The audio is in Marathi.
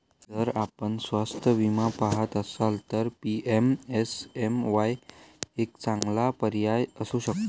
जर आपण स्वस्त विमा पहात असाल तर पी.एम.एस.एम.वाई एक चांगला पर्याय असू शकतो